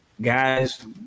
guys